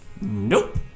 Nope